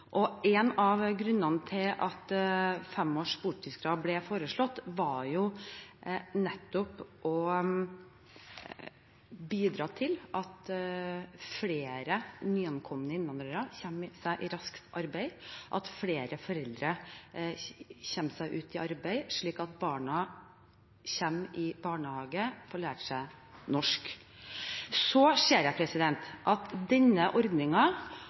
En av grunnene til at fem års botidskrav ble foreslått, var nettopp å bidra til at flere nyankomne innvandrere kommer seg raskt i arbeid, at flere foreldre kommer seg ut i arbeid, slik at barna kommer i barnehage og får lært seg norsk. Så ser jeg at denne